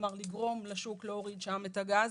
כלומר לגרום לשוק להוריד שם את הגז.